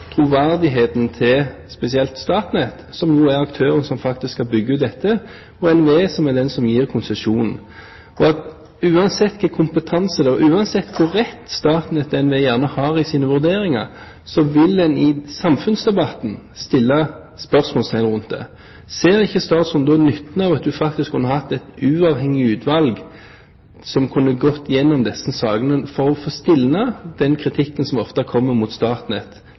troverdigheten spesielt til Statnett, som jo er aktøren som faktisk skal bygge ut dette, og til NVE, som er den som gir konsesjonen. Uansett hvilken kompetanse som finnes der, uansett hvor rett Statnett og NVE har i sine vurderinger, vil en i samfunnsdebatten sette spørsmålstegn rundt det. Ser ikke statsråden da nytten av at en faktisk kunne ha et uavhengig utvalg som kunne gå igjennom disse sakene for å få stilnet den kritikken som ofte kommer mot Statnett,